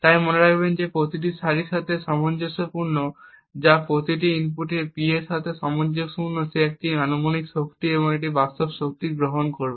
তাই মনে রাখবেন যে প্রতিটি সারির সাথে সামঞ্জস্যপূর্ণ যা প্রতিটি ইনপুট P এর সাথে সামঞ্জস্যপূর্ণ সে একটি অনুমানিক শক্তি এবং একটি বাস্তব শক্তি গ্রহণ করবে